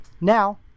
Now